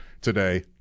today